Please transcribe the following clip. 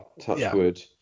Touchwood